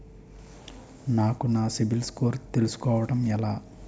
నాకు నా CIBIL score తెలుసుకోవడం ఎలా?